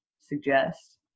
suggest